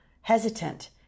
hesitant